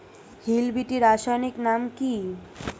Hill বিটি রাসায়নিক নাম কি?